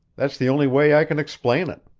that's the only way i can explain it.